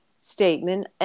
statement